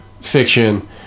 fiction